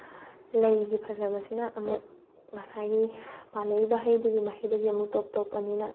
ꯂꯩꯒꯤ ꯐꯖꯕꯁꯤꯅ ꯑꯃꯨꯛ ꯉꯁꯥꯏꯒꯤ ꯄꯥꯜꯂꯛꯏꯕ ꯍꯩꯗꯨꯒꯤ ꯃꯍꯩꯗꯒꯤ ꯑꯃꯨꯛ ꯇꯣꯞ ꯇꯣꯞꯄꯅꯤꯅ